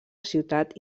ciutat